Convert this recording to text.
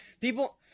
people